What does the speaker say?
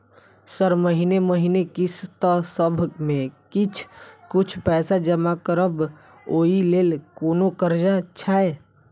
Sir महीने महीने किस्तसभ मे किछ कुछ पैसा जमा करब ओई लेल कोनो कर्जा छैय?